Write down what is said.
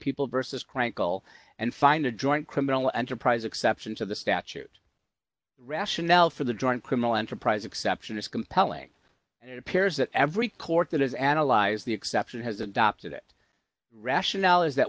people versus crank call and find a joint criminal enterprise exception to the statute rationale for the joint criminal enterprise exception is compelling and it appears that every court that has analyzed the exception has adopted it rationale is that